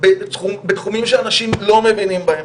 בתחומים שאנשים לא מבינים בהם,